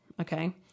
okay